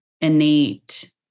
innate